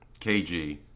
KG